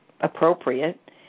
appropriate